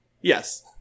yes